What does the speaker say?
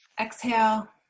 Exhale